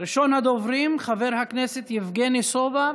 ראשון הדוברים חבר הכנסת יבגני סובה,